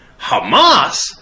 Hamas